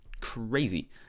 crazy